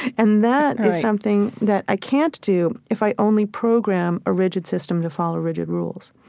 and that is something that i can't do if i only program a rigid system to follow rigid rules.